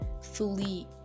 fully